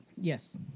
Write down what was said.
Yes